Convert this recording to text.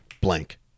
blank